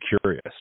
curious